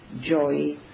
joy